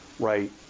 right